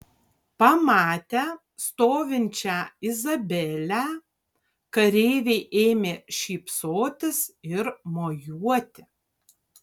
pamatę stovinčią izabelę kareiviai ėmė šypsotis ir mojuoti